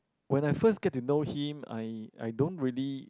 when I first get to know him I I don't really